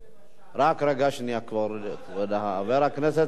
רק רגע, שנייה, כבוד חבר הכנסת אריה אלדד.